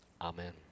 Amen